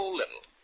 little